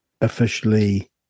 officially